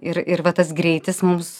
ir ir va tas greitis mums